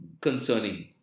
concerning